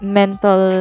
mental